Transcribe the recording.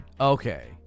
Okay